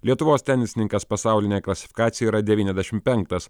lietuvos tenisininkas pasaulinėj klasifikacijoj yra devyniadešimt penktas